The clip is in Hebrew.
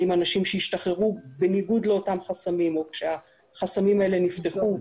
האם האנשים שהשתחררו בניגוד לאותם חסמים או שהחסמים האלה נבדקו,